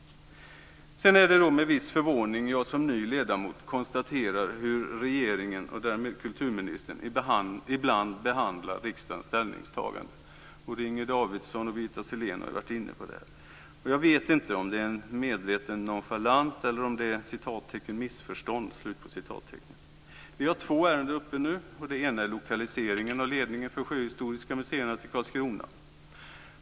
Sedan är det med viss förvåning jag som ny ledamot konstaterar hur regeringen, och därmed kulturministern, ibland behandlar riksdagens ställningstaganden. Inger Davidson och Birgitta Sellén har varit inne på den frågan. Jag vet inte om det är en medveten nonchalans eller om det är ett "missförstånd". Det finns nu två aktuella ärenden, och det ena gäller lokaliseringen av ledningen av sjöhistoriska museerna till Karlskrona.